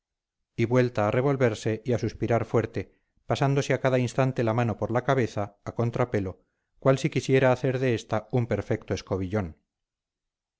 y vuelta a revolverse y a suspirar fuerte pasándose a cada instante la mano por la cabeza a contrapelo cual si quisiera hacer de esta un perfecto escobillón